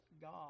god